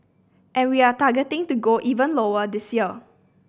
and we are targeting to go even lower this year